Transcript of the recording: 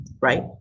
Right